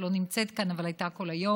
שלא נמצאת כאן אבל הייתה כל היום.